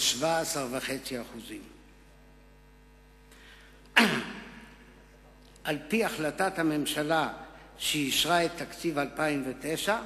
על 17.5%. על-פי החלטת הממשלה שאישרה את תקציב 2009,